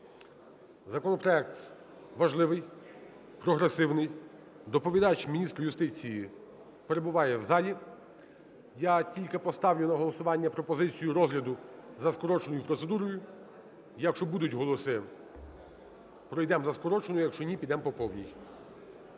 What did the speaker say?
Законопроект важливий, прогресивний. Доповідач - міністр юстиції перебуває в залі. Я тільки поставлю на голосування пропозицію розгляду за скороченою процедурою. Якщо будуть голоси, пройдемо за скороченою, якщо ні - підемо по повній.